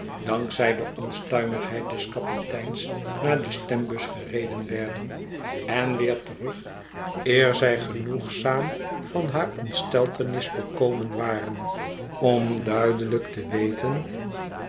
zij de onstuimigheid des kapiteins naar de stembus gereden werden en weer terug eer zij genoegzaam van haar ontsteltenis bekomen waren om duidelijk te weten